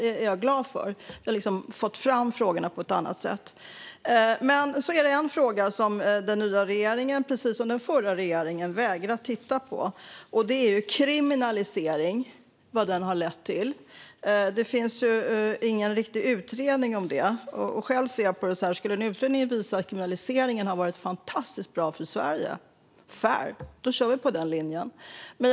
Det är jag glad för - vi har fått fram frågorna på ett annat sätt. Det finns dock en sak som den nya regeringen, precis som den förra regeringen, vägrar att titta på, nämligen vad kriminaliseringen har lett till. Det finns ingen riktig utredning om detta. Själv ser jag på det så här: Om en utredning skulle visa att kriminaliseringen har varit fantastiskt bra för Sverige kör vi på den linjen. Fru talman!